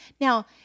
Now